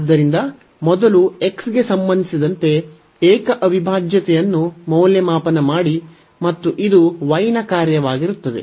ಆದ್ದರಿಂದ ಮೊದಲು x ಗೆ ಸಂಬಂಧಿಸಿದಂತೆ ಏಕ ಅವಿಭಾಜ್ಯತೆಯನ್ನು ಮೌಲ್ಯಮಾಪನ ಮಾಡಿ ಮತ್ತು ಇದು y ನ ಕಾರ್ಯವಾಗಿರುತ್ತದೆ